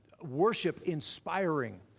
worship-inspiring